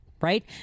right